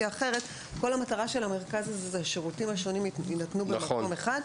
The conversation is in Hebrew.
המטרה של המרכז הזה שהשירותים השונים יינתנו במקום אחד,